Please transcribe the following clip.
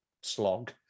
slog